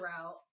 route